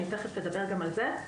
ואני תכף אדבר גם על זה.